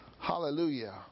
Hallelujah